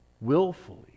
willfully